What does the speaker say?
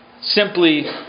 simply